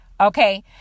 Okay